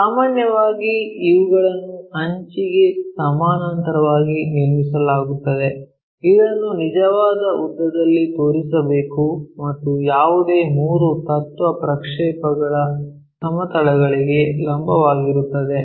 ಸಾಮಾನ್ಯವಾಗಿ ಇವುಗಳನ್ನು ಅಂಚಿಗೆ ಸಮಾನಾಂತರವಾಗಿ ನಿರ್ಮಿಸಲಾಗುತ್ತದೆ ಇದನ್ನು ನಿಜವಾದ ಉದ್ದದಲ್ಲಿ ತೋರಿಸಬೇಕು ಮತ್ತು ಯಾವುದೇ ಮೂರು ತತ್ವ ಪ್ರಕ್ಷೇಪಗಳ ಸಮತಲಗಳಿಗೆ ಲಂಬವಾಗಿರುತ್ತದೆ